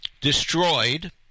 destroyed